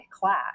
class